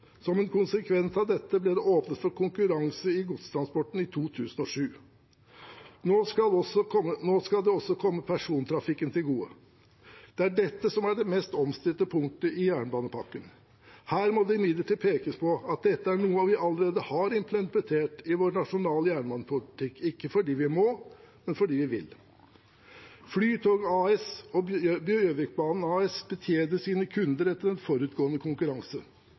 Som en konsekvens av dette ble det åpnet for konkurranse i godstransporten i 2007. Nå skal det også komme persontrafikken til gode. Det er dette som er det mest omstridte punktet i jernbanepakken. Her må det imidlertid påpekes at dette er noe vi allerede har implementert i vår nasjonale jernbanepolitikk – ikke fordi vi må, men fordi vi vil. Flytoget AS og NSB Gjøvikbanen AS betjener sine kunder etter en forutgående konkurranse.